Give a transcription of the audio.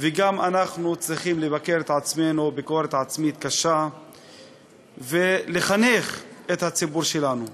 וגם אנחנו צריכים לבקר את עצמנו ביקורת עצמית קשה ולחנך את הציבור שלנו.